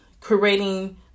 creating